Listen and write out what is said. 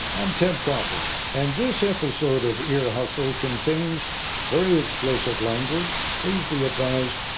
i'm ted koppel, and this episode of ear hustle contains very explicit language. please be advised,